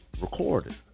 recorded